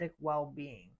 well-being